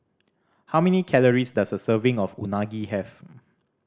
how many calories does a serving of Unagi have